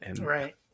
Right